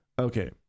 okay